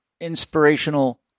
inspirational